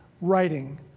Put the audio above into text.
writing